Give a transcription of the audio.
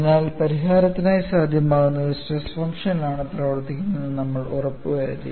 അതിനാൽ പരിഹാരത്തിനായി സാധ്യമാകുന്ന ഒരു സ്ട്രെസ് ഫംഗ്ഷനിലാണ് പ്രവർത്തിക്കുന്നതെന്ന് നമ്മൾ ഉറപ്പുവരുത്തി